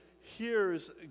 hears